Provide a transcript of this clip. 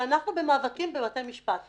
ואנחנו במאבקים מולן בבתי המשפט.